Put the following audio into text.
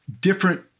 different